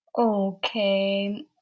Okay